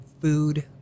food